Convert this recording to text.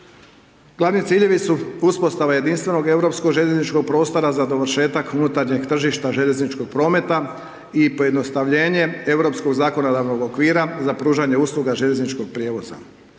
Glavni ciljevi su uspostava jedinstvenog europsko željezničkog prostora za dovršetak unutarnjeg tržišta željezničkog prometa i pojednostavljenje europskog zakonodavnog okvira za pružanje usluga željezničkog prijevoza.